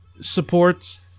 supports